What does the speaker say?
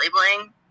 labeling